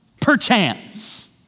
Perchance